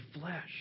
flesh